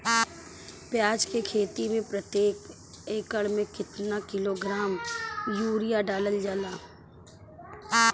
प्याज के खेती में प्रतेक एकड़ में केतना किलोग्राम यूरिया डालल जाला?